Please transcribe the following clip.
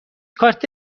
کارت